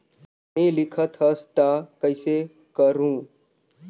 नी लिखत हस ता कइसे करू?